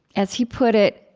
as he put it,